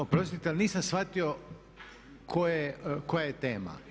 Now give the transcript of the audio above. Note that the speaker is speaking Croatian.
Oprostite, ali nisam shvatio koja je tema?